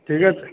ঠিক আছে